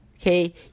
okay